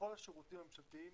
בכל השירותים הממשלתיים